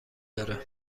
داره